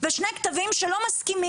ושני קטבים שלא מסכימים,